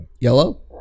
yellow